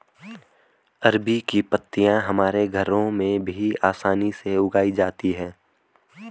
अरबी की पत्तियां हमारे घरों में भी आसानी से उगाई जाती हैं